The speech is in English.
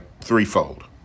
threefold